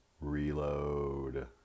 reload